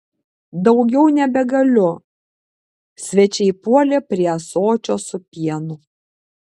daugiau nebegaliu svečiai puolė prie ąsočio su pienu